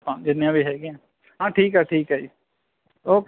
ਹਾਂ ਜਿੰਨੀਆਂ ਵੀ ਹੈਗੀਆਂ ਹਾਂ ਠੀਕ ਹੈ ਠੀਕ ਹੈ ਜੀ ਓਕੇ